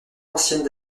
ancienne